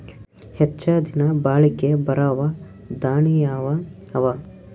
ಹೆಚ್ಚ ದಿನಾ ಬಾಳಿಕೆ ಬರಾವ ದಾಣಿಯಾವ ಅವಾ?